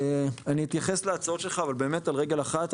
אני אתייחס להצעות שלך אבל באמת על רגל אחת,